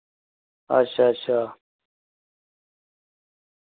अच्छा अच्छा